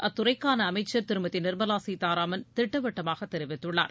அத்துறைக்கான அமைச்சர் திருமதி நிர்மலா சீதாராமன் திட்டவட்டமாக தெரிவித்துள்ளார்